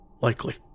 likely